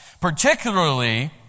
Particularly